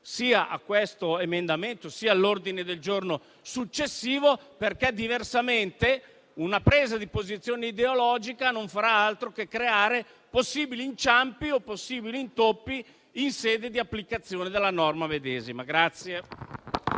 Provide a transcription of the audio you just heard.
sia a questo emendamento, sia all'ordine del giorno successivo, perché diversamente una presa di posizione ideologica non farà altro che creare possibili inciampi o possibili intoppi in sede di applicazione della norma medesima.